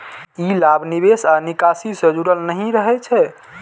ई लाभ निवेश आ निकासी सं जुड़ल नहि रहै छै